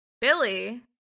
Billy